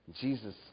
Jesus